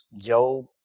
Job